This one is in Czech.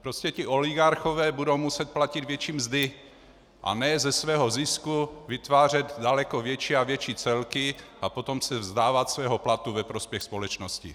Prostě ti oligarchové budou muset platit větší mzdy, a ne ze svého zisku vytvářet daleko větší a větší celky a potom se vzdávat svého platu ve prospěch společnosti.